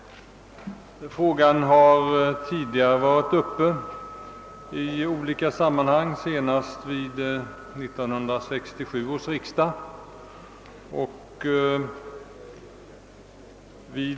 Frågan har tidigare varit uppe till behandling i olika sammanhang, senast vid 1967 års riksdag.